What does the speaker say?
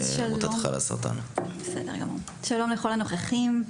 שלום לכל הנוכחים,